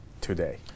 today